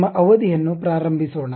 ನಮ್ಮ ಅವಧಿಯನ್ನು ಪ್ರಾರಂಭಿಸೋಣ